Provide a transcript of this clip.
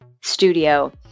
studio